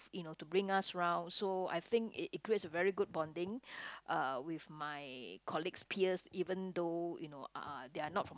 you know to bring us round so I think it it creates a very good bonding uh with my colleagues' peers even though you know uh they are not from like